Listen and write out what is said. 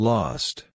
Lost